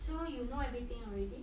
so you know anything already